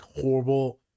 horrible